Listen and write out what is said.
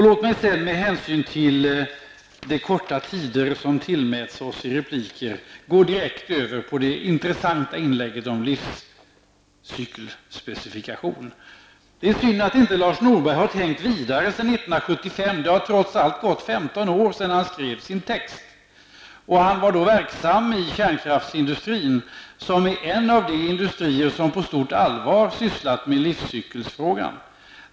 Låt mig sedan med hänsyn till den korta tidsrymd som tillmäts oss i repliker gå direkt över på det intressanta inlägget om livscykelspecifikation. Det är synd att Lars Norberg inte har tänkt vidare sedan år 1975. Det har trots allt gått femton år sedan han skrev sin text. Han var då verksam inom kärnkraftsindustrin, som är en av de industrier som på stort allvar ägnat sig åt livscykelsfrågan.